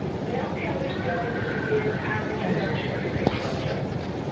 now kelly's going to begin our introduction to control charts.